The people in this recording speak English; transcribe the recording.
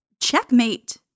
checkmate